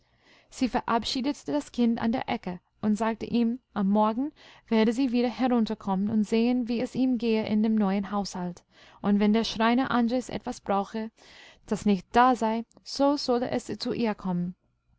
sie verabschiedete das kind an der ecke und sagte ihm am morgen werde sie wieder herunterkommen und sehen wie es ihm gehe in dem neuen haushalt und wenn der schreiner andres etwas brauche das nicht da sei so solle es zu ihr kommen